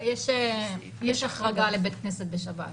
יש החרגה לבית כנסת בשבת.